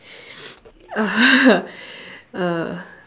uh uh